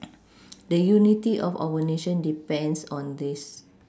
the unity of our nation depends on this